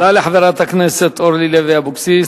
תודה לחברת הכנסת אורלי לוי אבקסיס.